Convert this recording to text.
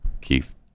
Keith